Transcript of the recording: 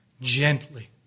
Gently